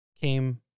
came